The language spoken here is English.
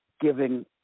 giving